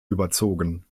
überzogen